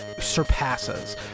surpasses